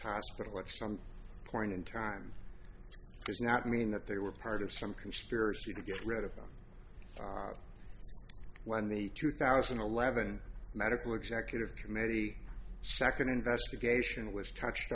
hospital at some point in time does not mean that they were part of some conspiracy to get rid of them when the two thousand and eleven medical executive committee second investigation was touched